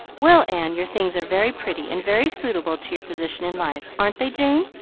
well, anne, your things are very pretty, and very suitable to your position in life, aren't they, jane?